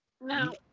No